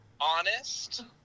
honest